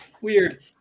Weird